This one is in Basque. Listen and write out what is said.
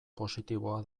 positiboa